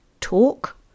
talk